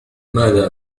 ماذا